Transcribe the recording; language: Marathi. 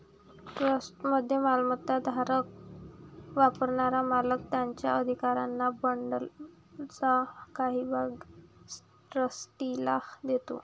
ट्रस्टमध्ये मालमत्ता धारण करणारा मालक त्याच्या अधिकारांच्या बंडलचा काही भाग ट्रस्टीला देतो